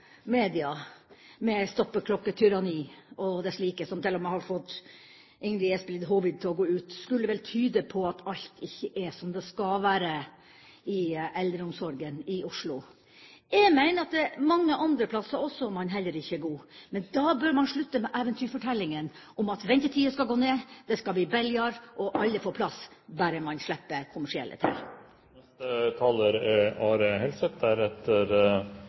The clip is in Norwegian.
media om stoppeklokketyranni og desslike, som til og med har fått Ingrid Espelid Hovig til å gå ut, skulle vel tyde på at alt ikke er som det skal være i eldreomsorgen i Oslo. Jeg mener at det også er mange andre plasser man heller ikke er god, men man bør slutte med eventyrfortellingen om at ventetidene skal gå ned, det skal bli billigere, og alle får plass bare man slipper kommersielle til.